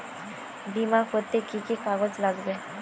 বিমা করতে কি কি কাগজ লাগবে?